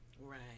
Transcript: Right